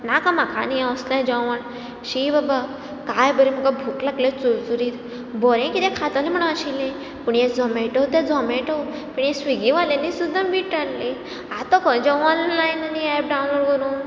नाका म्हाका असलें जेवण शी बाबा कांय बरी म्हाका भूक लागलेली चुरचुरीत बरें किदें खातलें म्हण आशिल्लें पूण हें झोमेटो तें झोमेटो ह्या स्विगिवाल्यांनी सुद्दां वीट हाडली आतां खंय एप डावनलोड करूं